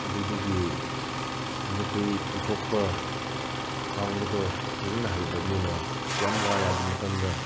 ꯑꯗꯨꯗꯒꯤ ꯃꯅꯤꯄꯨꯔꯤ ꯏꯊꯣꯛꯄ ꯉꯥꯡꯕꯗꯣ ꯐꯖꯅ ꯍꯩꯇꯝꯅꯤꯅ ꯌꯥꯝ ꯋꯥꯏ ꯑꯗꯨꯒꯤ ꯃꯇꯝꯗ